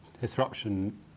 disruption